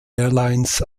airlines